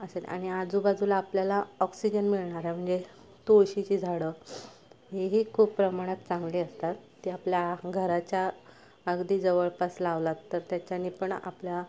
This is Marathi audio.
असेल आणि आजूबाजूला आपल्याला ऑक्सिजन मिळणार आहे म्हणजे तुळशीची झाडं हे ही खूप प्रमाणात चांगली असतात ते आपल्या घराच्या अगदी जवळपास लावं लागतात तर त्याच्याने पण आपल्या